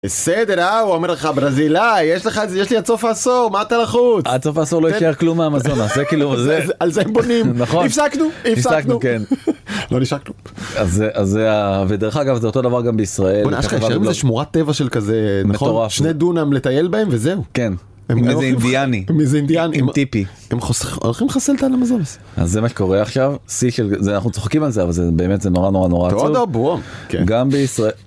בסדר, אה, הוא אומר לך ברזילאי, יש לך את זה, יש לי עד סוף העשור, מה אתה לחוץ? -עד סוף העשור לא יישאר כלום מהאמזונס, זה כאילו, זה... -על זה בונים. -נכון. -הפסקנו, הפסקנו. -הפסקנו, כן. -לא נשאר כלום. -אז... אז זה ה... ודרך אגב זה אותו הדבר גם בישראל -בוא'נה, אשכרה יישאר מזה שמורת טבע של כזה... -נכון? -מטורף. שני דונם לטייל בהם, וזהו. -כן. עם איזה אינדיאני. -עם איזה אינדיאני. -עם טיפי. -הם... הם הולכים לחסל את האמזונס. -אז זה מה שקורה עכשיו, שיא של... זה, אנחנו צוחקים על זה, אבל זה באמת זה נורא נורא נורא עצוב. -טודו-בום. --גם בישראל.